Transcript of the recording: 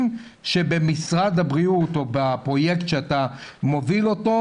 שבמשרד הבריאות או בפרויקט שאתה מוביל אותו,